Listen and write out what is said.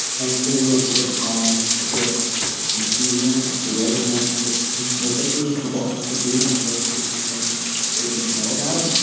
and if they were to respond with confusion or bewilderment or just imperfectly, as people often do when they first hear something they didn't know about,